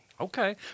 Okay